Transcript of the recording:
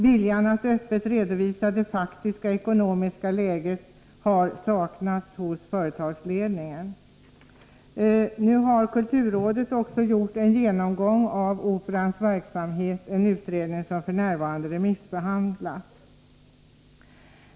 Vilja att öppet redovisa det faktiska ekonomiska läget har saknats hos företagsledningen. Nu har också kulturrådet gjort en genomgång av Operans verksamhet, en utredning som f. n. remissbehandlas.